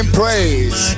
praise